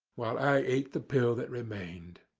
while i ate the pill that remained.